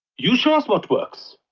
you show us what works.